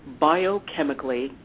biochemically